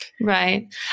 Right